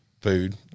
food